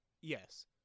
yes